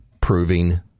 proving